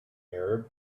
arab